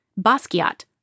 Basquiat